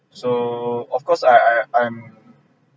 so of course I I I'm